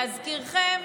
להזכירכם,